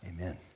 Amen